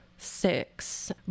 six